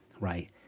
right